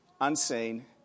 unseen